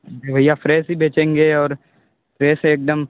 जी भैया फ्रेश ही बेचेंगे और फ्रेश एकदम